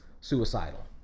suicidal